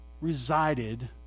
resided